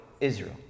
Israel